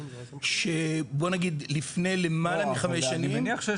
שבוא נגיד לפני למעלה מחמש שנים.